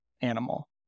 animal